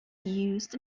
used